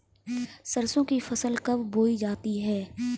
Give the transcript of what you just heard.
सरसों की फसल कब बोई जाती है?